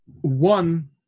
One